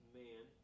man